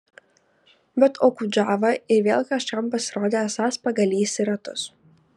bet okudžava ir vėl kažkam pasirodė esąs pagalys į ratus